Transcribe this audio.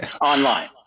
Online